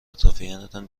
اطرافیانتان